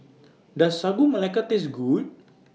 Does Sagu Melaka Taste Good